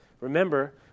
Remember